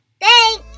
Thanks